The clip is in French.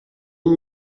une